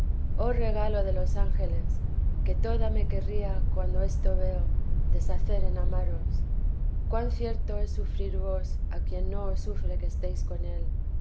oh regalo de los ángeles que toda me querría cuando esto veb deshacer en amaros cuan cierto es sufrir vos a quien no os sufre que estéis con él